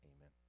amen